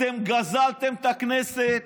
אתם גזלתם את הכנסת,